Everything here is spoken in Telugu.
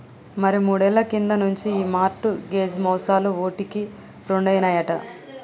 మరి మూడేళ్ల కింది నుంచి ఈ మార్ట్ గేజ్ మోసాలు ఓటికి రెండైనాయట